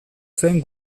zen